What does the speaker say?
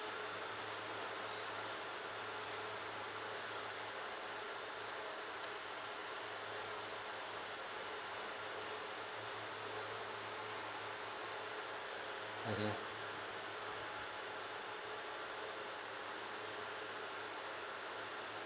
mmhmm